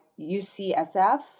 UCSF